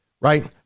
Right